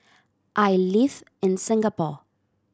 I live in Singapore